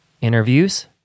interviews